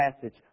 passage